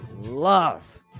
love